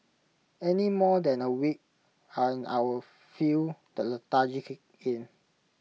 any more than A week and our feel the lethargy kick in